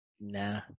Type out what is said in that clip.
nah